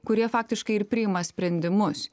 kurie faktiškai ir priima sprendimus